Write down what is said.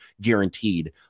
guaranteed